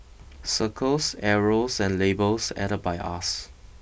circles arrows and labels added by us